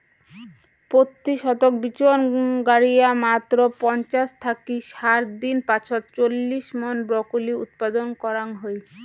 পত্যি শতক বিচন গাড়িয়া মাত্র পঞ্চাশ থাকি ষাট দিন পাছত চল্লিশ মন ব্রকলি উৎপাদন করাং হই